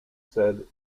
said